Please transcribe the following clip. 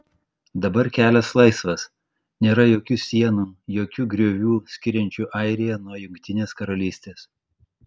dabar kelias laisvas nėra jokių sienų jokių griovių skiriančių airiją nuo jungtinės karalystės